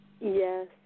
Yes